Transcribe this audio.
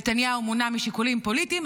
נתניהו מונע משיקולים פוליטיים.